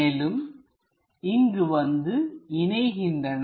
மேலும் இங்கு வந்து இணைகின்றன